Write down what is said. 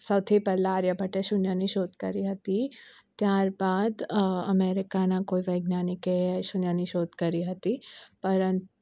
સૌથી પહેલાં આર્યભટ્ટે શૂન્યની શોધ કરી હતી ત્યાર બાદ અમેરિકાના કોઈ વૈજ્ઞાનિકે શૂન્યની શોધ કરી હતી પર